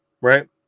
Right